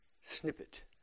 snippet